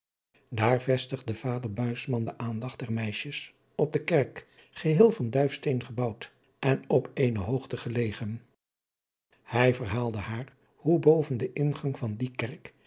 hillegonda buisman aandacht der meisjes op de kerk geheel van duifsteen gebouwd en op eene hoogte gelegen hij verhaalde haar hoe boven den ingang van die kerk